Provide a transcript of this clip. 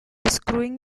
screwing